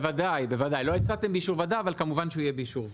בוודאי בוודאי, לא הצעתם באישור ועדה,